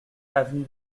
avenue